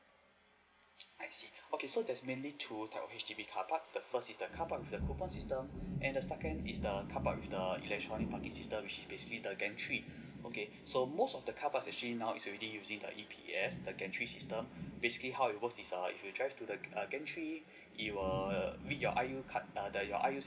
I see okay so there's mainly two type of H_D_B car park the first is the car park with the coupon system and the second is the car park with the electronic parking system which is basically the gentry okay so most of the carpark actually now is already using the E_P_S the gentry system basically how it works is err if you drive to the gentri it will with your I_U card that your I_U